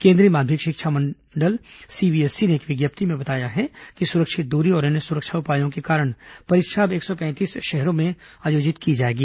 केंद्रीय माध्यमिक शिक्षा बोर्ड सीबीएसई ने एक विज्ञप्ति में बताया कि सुरक्षित दूरी और अन्य सुरक्षा उपायों के कारण परीक्षा अब एक सौ पैंतीस शहरों में आयोजित की जाएगी